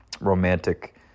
romantic